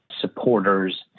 supporters